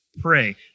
pray